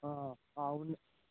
అవును